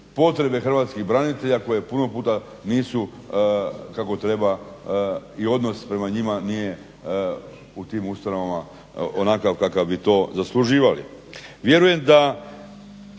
potrebe hrvatskih branitelja koje puno puta nisu kako treba i odnos prema njima nije u tim ustanovama onakav kakav bi to zasluživali. Vjerujem da